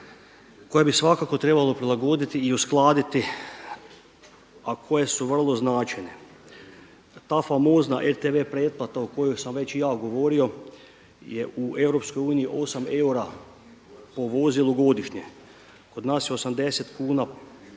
koje bi svakako trebalo prilagoditi i uskladiti a koje su vrlo značajne. Ta famozna RTV pretplata o kojoj sam već i ja govorio je u EU 8 eura po vozilu godišnje. Kod nas je 80 kuna